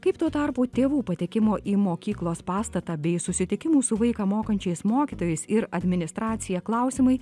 kaip tuo tarpu tėvų patekimo į mokyklos pastatą bei susitikimų su vaiką mokančiais mokytojais ir administracija klausimai